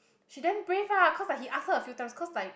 she damn brave ah cause like he ask her a few times cause like